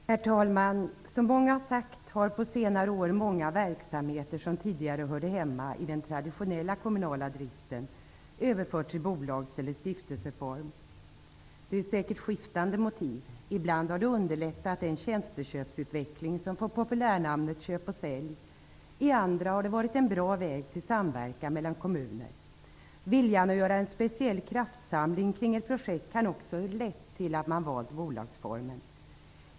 Herr talman! Som många har sagt har på senare år många verksamheter som tidigare hörde hemma i den traditionella kommunala driften överförts i bolagseller stiftelseform. Det finns säkert skiftande motiv. Ibland har det underlättat den tjänsteköpsutveckling som fått populärnamnet Köp och sälj. I andra fall har det varit en bra väg till samverkan mellan kommuner. Viljan att göra en speciell kraftsamling kring ett projekt kan också ha lett till att man valt bolagsformen.